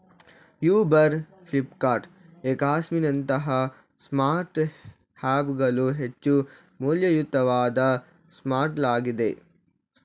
Uber, Flipkart, Xiaomi ನಂತಹ smart app ಗಳು ಹೆಚ್ಚು ಮೌಲ್ಯಯುತವಾದ ಸ್ಮಾರ್ಟ್ಗಳಾಗಿವೆ